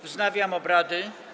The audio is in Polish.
Wznawiam obrady.